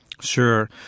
Sure